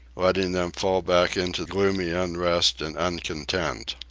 letting them fall back into gloomy unrest and uncontent.